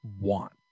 want